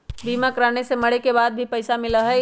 बीमा कराने से मरे के बाद भी पईसा मिलहई?